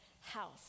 house